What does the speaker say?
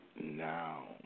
now